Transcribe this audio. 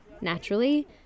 Naturally